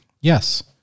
yes